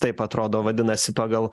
taip atrodo vadinasi pagal